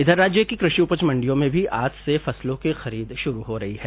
इधर राज्य की कृषि उपज मंडियों में भी आज से फसलों की खरीद शुरू हो रही है